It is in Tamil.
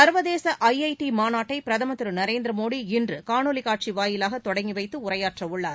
சர்வதேச ஐஐடி மாநாட்டை பிரதமர் திரு நரேந்திர மோடி இன்று கானொளி காட்சி வாயிலாக தொடங்கி வைத்து உரையாற்றவுள்ளார்